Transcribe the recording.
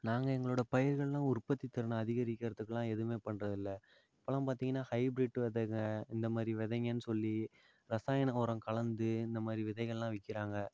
நாங்கள் எங்ளோட பயிர்கள்லாம் உற்பத்தி திறனை அதிகரிக்கறத்துக்குலாம் எதுவுமே பண்றதில்லை இப்போலாம் பார்த்திங்கன்னா ஹைப்ரீட் விதைங்க இந்தமாதிரி விதைங்கனு சொல்லி ரசாயன உரம் கலந்து இந்த மாரி விதைங்கள்லாம் விற்கிறாங்க